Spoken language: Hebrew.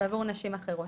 ועבור נשים אחרות.